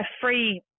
free